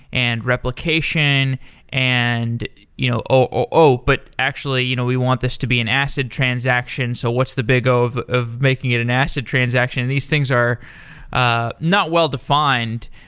and replication and you know o, but actually you know we want this to be an acid transaction. so what's the big o of of making it an acid transaction? and these things are ah not well defined.